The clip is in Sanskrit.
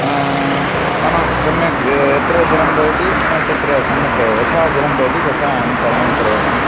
नाम सम्यक् यत्र जलं भवति तत्र सम्यक्तया यथा जलं भवति तथा अहं तरणं करोमि